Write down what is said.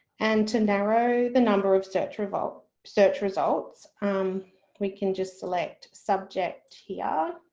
and to narrow the number of search results, search results we can just select subject here